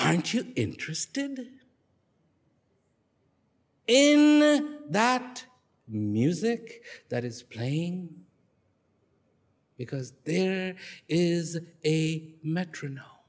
i'm interested in that music that is playing because there is a metrono